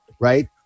right